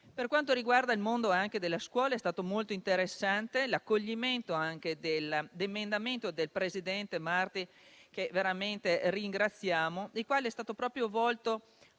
Per quanto riguarda il mondo della scuola è stato molto interessante l'accoglimento dell'emendamento del presidente Marti, che veramente ringraziamo, il quale è proprio volto